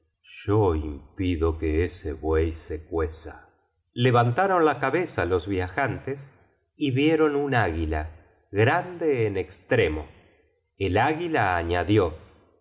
yo impido que ese buey se cueza levantaron la cabeza los viajantes y vieron un águila grande en estremo el águila añadió